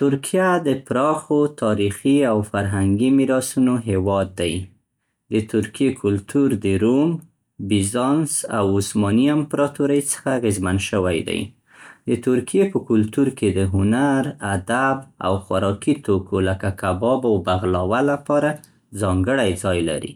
ترکیه د پراخو تاریخي او فرهنګي میراثونو هېواد دی. د ترکیې کلتور د روم، بیزانس او عثماني امپراتورۍ څخه اغیزمن شوی دی. د ترکیې په کلتور کې د هنر، ادب، او خوراکي توکو لکه کباب او بغلاوه لپاره ځانګړی ځای لري.